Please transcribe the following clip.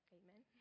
amen